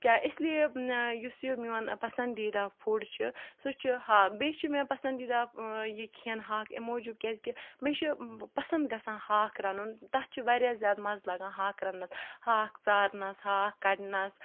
کیاہ اِسلیے یُس یہِ میون پَسَندیٖدہ فُڈ چھُ سُہ چھُ ہاکھ بیٚیہِ چھُ مے پَسَندیٖدہ یہِ کھیٚن ہاکھ امہِ موٗجوٗب کیازکہِ مےٚ چھُ یہِ پَسَنٛد گَژھان ہاکھ رَنُن تَتھ چھُ واریاہ زیاد مَزٕ لَگان ہاکھ رَننَس ہاکھ ژارنَس ہاکھ کَڑنَس